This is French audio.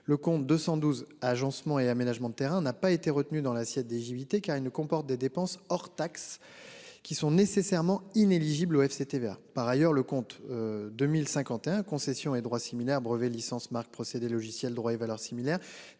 Le compte 212 agencement et aménagement de terrain n'a pas été retenue dans l'assiette des car il ne comporte des dépenses hors taxes. Qui sont nécessairement inéligible au FCTVA par ailleurs le compte. 2051 concessions et droits similaires brevets licences Marc procédé logiciel droits et valeurs similaires